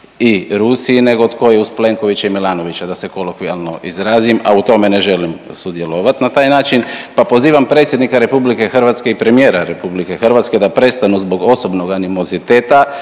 i Rusiji nego tko je uz Plenkovića i Milanovića da se kolokvijalno izrazim, a u tome ne želim sudjelovati na taj način pa pozivam predsjednika Republike Hrvatske i premijera Republike Hrvatske da prestanu zbog osobnog animoziteta